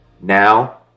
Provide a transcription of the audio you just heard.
Now